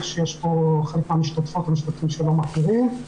שיש פה חלק מהמשתתפות והמשתתפים שלא מכירים.